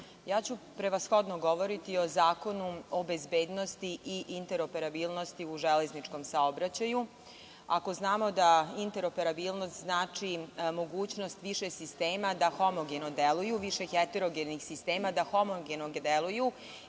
ja ću prevashodno govoriti o Zakonu o bezbednosti i interoperabilnosti u železničkom saobraćaju. Ako znamo da interoperabilnost znači mogućnost više sistema da homogeno deluju, više heterogenih sistema da homogeno deluju